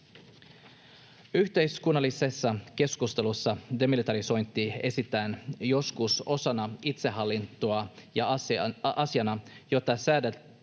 Yhteiskunnallisessa keskustelussa demilitarisointi esitetään joskus osana itsehallintoa ja asiana, jota säädeltäisiin